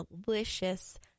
delicious